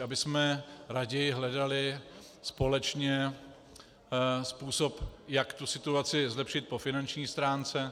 Abychom raději hledali společně způsob, jak situaci zlepšit po finanční stránce.